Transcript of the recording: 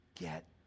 get